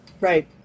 right